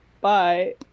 Bye